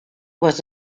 was